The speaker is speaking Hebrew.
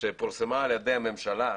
שפורסמה על ידי הממשלה,